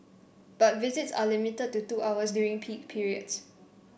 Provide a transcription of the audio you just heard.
but visits are limited to two hours during peak periods